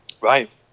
Right